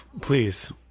please